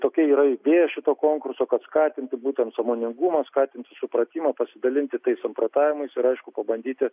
tokia yra idėja šito konkurso kad skatinti būtent sąmoningumą skatinti supratimą pasidalinti tais samprotavimais ir aišku pabandyti